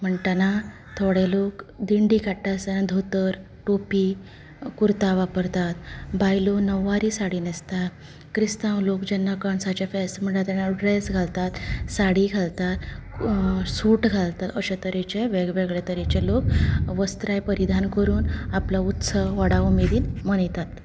म्हणटना थोडे लोक दिंडी काडटा आसतना धोतर टोपी कुर्ता वापरतात बायलो णववारी साडी न्हेसतात क्रिस्तांव लोक जेन्ना कणसाचें फेस्त मनयता तेन्ना ड्रॅस घालतात साडी घालतात सूट घालतात अशे तरेचे वेग वेगळे तरेचे लोक वस्त्रांय परिधान करून आपलो उत्सव व्हडा उमेदीन मनयतात